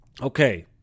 Okay